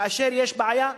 כאשר יש בעיה,